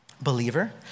believer